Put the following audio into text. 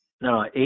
No